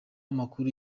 amakuru